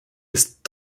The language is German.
ist